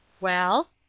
Well